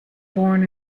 born